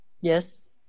Yes